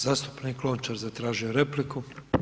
Zastupnik Lončar zatražio je repliku.